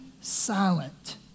silent